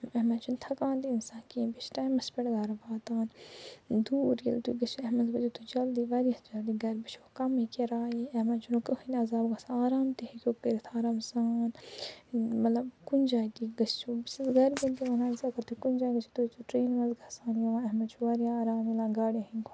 یتھ مَنٛز چھُ نہٕ تھَکان تہِ اِنسان کِہیٖنٛۍ بیٚیہِ چھُ ٹایمَس پٮ۪ٹھ گَرٕ واتان دوٗر ییٚلہِ تُہۍ گٔژھِو یتھ مَنٛز وٲتِو تُہۍ جلدی واریاہ جلدی گرٕ بیٚیہِ چھَو کمٕے کِرایہِ یتھ مَنٛز چھُ نہٕ کٕہیٖنٛۍ عَذاب گَژھان آرام تہِ ہیٚکِو کٔرِتھ آرام سان مَطلَب کُنہِ جایہِ تہِ گٔژھِو بہٕ چھَس گَرِکٮ۪ن تہِ وَنان اگر تُہۍ کُنہِ جایہِ گٔژھِو تُہۍ ٲسۍزیٚو ٹرینہِ مَنٛز گَژھان یِوان اَتھ مَنٛز چھُ واریاہ آرام میلان گاڑٮ۪ن ہٕنٛدِ کھۄتہٕ